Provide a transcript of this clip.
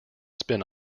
spin